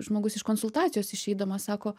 žmogus iš konsultacijos išeidamas sako